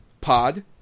pod